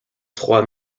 trois